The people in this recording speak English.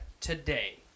today